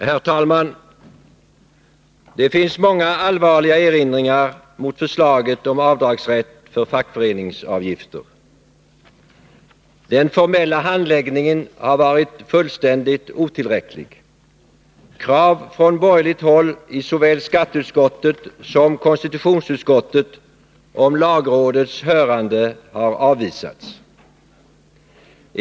Herr talman! Det finns många allvarliga erinringar mot förslaget om rätt till avdrag för fackföreningsavgifter. Den formella handläggningen har varit fullständigt otillräcklig. Krav från borgerligt håll i såväl skatteutskottet som konstitutionsutskottet på lagrådets hörande har avvisats.